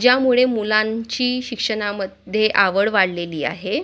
ज्यामुळे मुलांची शिक्षणामध्ये आवड वाढलेली आहे